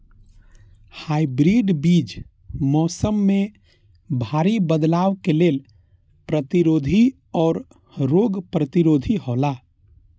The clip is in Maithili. हाइब्रिड बीज मौसम में भारी बदलाव के लेल प्रतिरोधी और रोग प्रतिरोधी हौला